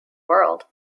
world